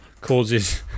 causes